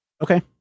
Okay